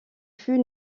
fut